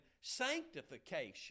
sanctification